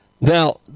Now